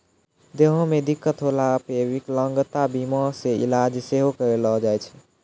देहो मे दिक्कत होला पे विकलांगता बीमा से इलाज सेहो करैलो जाय छै